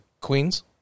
Queens